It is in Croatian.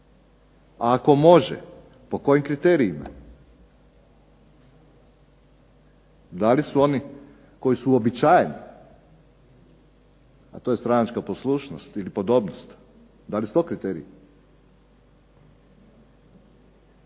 Ako može po kojim kriterijima? DA li su oni koji su uobičajeni, a to je stranačka poslušnost ili podobnost, da li su to kriteriji?